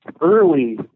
early